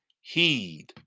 heed